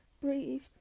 breathe